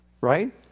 Right